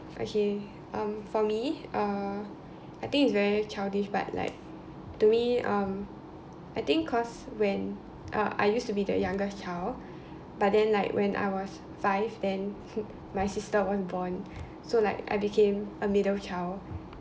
okay um for me uh I think it's very childish but like to me um I think cause when uh I used to be the youngest child but then like when I was five then my sister was born so like I became a middle child